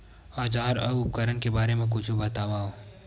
औजार अउ उपकरण के बारे मा कुछु बतावव?